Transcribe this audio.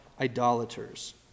idolaters